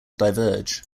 diverge